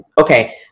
Okay